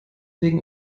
wegen